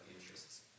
interests